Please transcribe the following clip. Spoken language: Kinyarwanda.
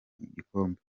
igikombe